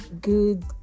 good